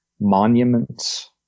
monuments